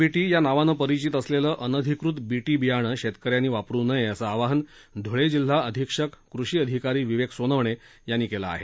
BT या नावानं परिचित असलेलं अनधिकृत बीटी बियाणं शेतकऱ्यांनी वापरू नये असं आवाहन धूळे जिल्हा अधीक्षक कृषी अधिकारी विवेक सोनवणे यांनी केलं आहे